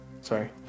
Sorry